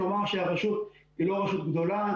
נאמר שהרשות היא לא רשות גדולה.